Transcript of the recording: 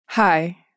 Hi